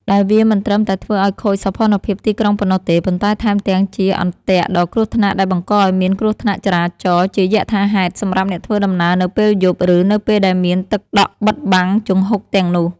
ដែលវាមិនត្រឹមតែធ្វើឱ្យខូចសោភ័ណភាពទីក្រុងប៉ុណ្ណោះទេ ប៉ុន្តែថែមទាំងជា អន្ទាក់ ដ៏គ្រោះថ្នាក់ដែលបង្កឱ្យមានគ្រោះថ្នាក់ចរាចរណ៍ជាយថាហេតុសម្រាប់អ្នកធ្វើដំណើរនៅពេលយប់ ឬនៅពេលដែលមានទឹកដក់បិទបាំងជង្ហុកទាំងនោះ។